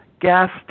gas